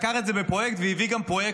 לקח את זה כפרויקט והביא גם פרויקטור.